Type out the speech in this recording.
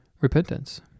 repentance